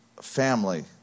family